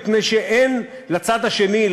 מפני שאין בצד השני,